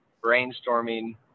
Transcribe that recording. brainstorming